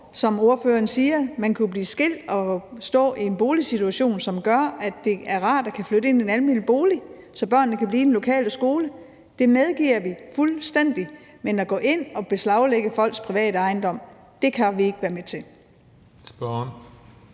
som ordføreren siger: Man kan blive skilt og stå i en boligsituation, som gør, at det er rart at kunne flytte ind i en almen bolig, så børnene kan blive i den lokale skole. Det medgiver vi fuldstændig, men at gå ind og beslaglægge folks private ejendom kan vi ikke være med til.